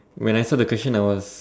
when I saw the question I was